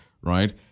right